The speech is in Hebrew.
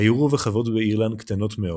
היו רוב החוות באירלנד קטנות מאוד.